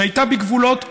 שהייתה בגבולות 47',